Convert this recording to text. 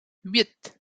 huit